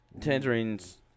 Tangerines